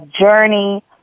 journey